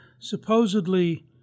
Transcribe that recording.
supposedly